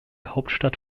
hauptstadt